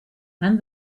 and